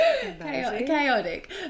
chaotic